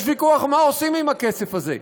יש ויכוח מה עושים עם הכסף הזה.